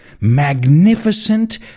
magnificent